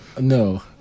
no